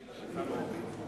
ילדים,